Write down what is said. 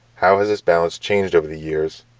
how has this balance changed over the years,